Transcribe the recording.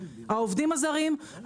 העובדים הזרים,